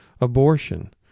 Abortion